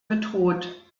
bedroht